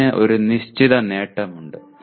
ഇതിന് ഒരു നിശ്ചിത നേട്ടമുണ്ട്